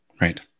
Right